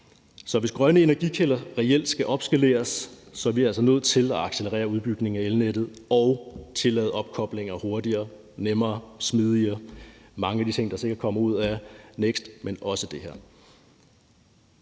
Så hvis grønne energikilder reelt skal opskaleres, er vi altså nødt til at accelerere udbygningen af elnettet og tillade opkoblinger hurtigere, nemmere og smidigere, og det er sikkert mange af de ting, der